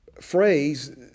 phrase